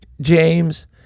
James